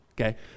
okay